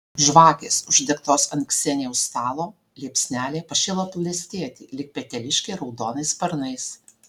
žvakės uždegtos ant ksenijos stalo liepsnelė pašėlo plastėti lyg peteliškė raudonais sparnais